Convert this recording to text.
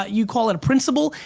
you call it a principle,